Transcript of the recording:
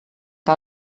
que